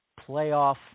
playoff